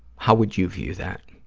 how would you view that?